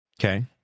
Okay